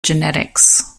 genetics